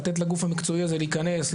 לתת לגוף המקצועי להיכנס,